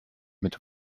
mit